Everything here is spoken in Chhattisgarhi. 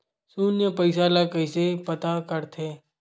शून्य पईसा ला कइसे पता करथे?